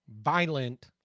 violent